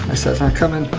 side isn't coming,